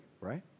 right